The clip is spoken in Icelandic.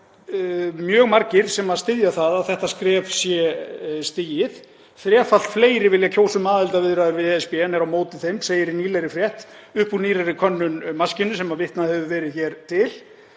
að það eru mjög margir sem styðja það að þetta skref sé stigið. Þrefalt fleiri vilja kjósa um aðildarviðræður við ESB en eru á móti þeim, segir í nýlegri frétt upp úr nýrri könnun Maskínu sem vitnað hefur verið hér til,